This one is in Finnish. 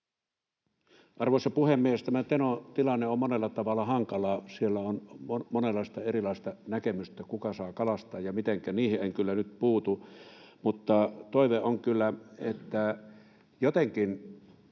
Arvoisa puhemies! Tämä Tenon tilanne on monella tavalla hankala. Siellä on monenlaista erilaista näkemystä siitä, kuka saa kalastaa ja mitenkä. Niihin en kyllä nyt puutu, mutta toive on, että jotenkin